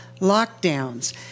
lockdowns